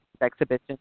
exhibition